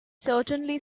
certainly